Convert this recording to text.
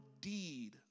deed